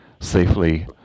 safely